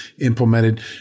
implemented